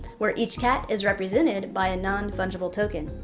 where each cat is represented by a non-fungible token.